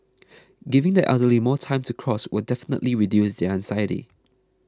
giving the elderly more time to cross will definitely reduce their anxiety